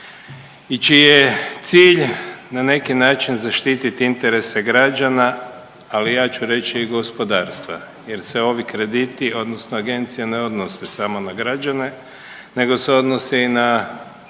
i čiji je cilj na neki način zaštiti interese građana, ali ja ću reći i gospodarstva jer se ovi krediti odnosno agencije ne odnose samo na građane nego se odnose i na